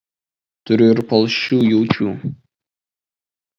turiu ir palšų jaučių